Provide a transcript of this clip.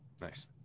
nice